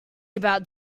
about